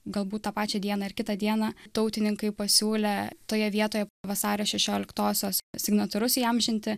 galbūt tą pačią dieną ar kitą dieną tautininkai pasiūlė toje vietoje vasario šešioliktosios signatarus įamžinti